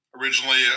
Originally